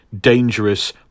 dangerous